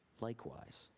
likewise